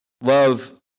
Love